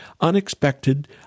unexpected